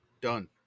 Done